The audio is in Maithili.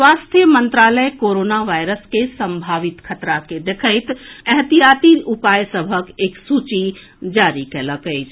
स्वास्थ्य मंत्रालय कोरोना वायरस के संभावित खतरा के देखैत एहतियाती उपाय सभक एक सूची जारी कएलक अछि